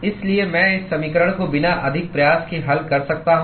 इसलिए मैं इस समीकरण को बिना अधिक प्रयास के हल कर सकता हूं